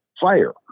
Fire